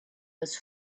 was